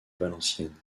valenciennes